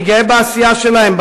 אני גאה בעשייה שלהם,